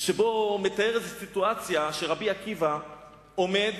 שמתאר סיטואציה שרבי עקיבא עומד